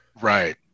Right